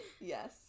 Yes